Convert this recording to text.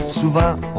Souvent